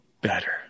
better